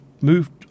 moved